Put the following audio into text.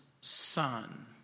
son